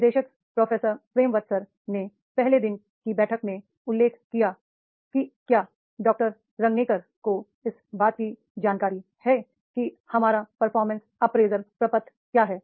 निदेशक professor Prem Vrat sir ने पहले दिन की बैठक में उल्लेख किया कि क्या डॉ रंगनेकर को इस बात की जानकारी है कि हमारा परफॉर्मेंस अप्रेजल प्रपत्र क्या है